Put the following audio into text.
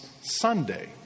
Sunday